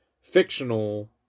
fictional